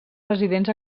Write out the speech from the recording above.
residents